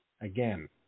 again